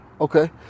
Okay